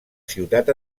ciutat